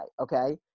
okay